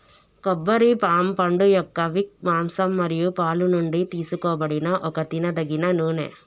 కొబ్బరి పామ్ పండుయొక్క విక్, మాంసం మరియు పాలు నుండి తీసుకోబడిన ఒక తినదగిన నూనె